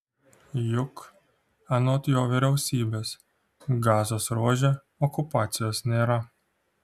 juk anot jo vyriausybės gazos ruože okupacijos nėra